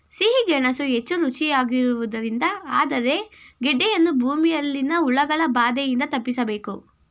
ಸಿಹಿ ಗೆಣಸು ಹೆಚ್ಚು ರುಚಿಯಾಗಿರುವುದರಿಂದ ಆದರೆ ಗೆಡ್ಡೆಯನ್ನು ಭೂಮಿಯಲ್ಲಿನ ಹುಳಗಳ ಬಾಧೆಯಿಂದ ತಪ್ಪಿಸಬೇಕು